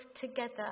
together